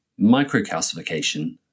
microcalcification